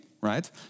right